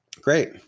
Great